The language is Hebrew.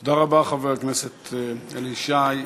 תודה רבה, חבר הכנסת אלי ישי.